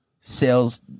sales